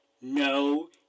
no